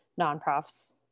nonprofits